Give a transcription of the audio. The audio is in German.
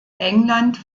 england